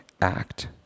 act